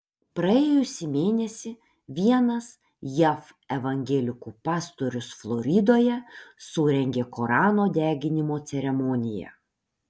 praėjusį mėnesį vienas jav evangelikų pastorius floridoje surengė korano deginimo ceremoniją